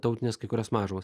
tautinės kai kurios mažumos